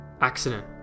accident